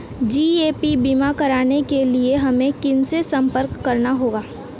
GAP बीमा कराने के लिए हमें किनसे संपर्क करना होगा?